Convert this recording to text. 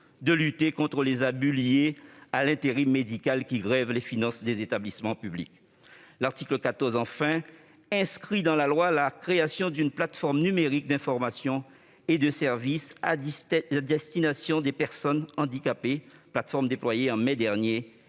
de lutter contre les abus liés à l'intérim médical, qui grèvent les finances des établissements publics. L'article 14, enfin, inscrit dans la loi la création d'une plateforme numérique d'information et de services à destination des personnes handicapées, plateforme qui a été déployée en mai dernier